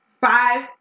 Five